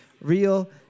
real